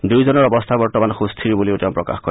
দুয়োজনৰ অৱস্থা বৰ্তমান সুস্থিৰ বুলিও তেওঁ প্ৰকাশ কৰে